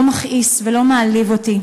לא מכעיס ולא מעליב אותי.